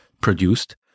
produced